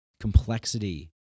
Complexity